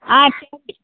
ஆ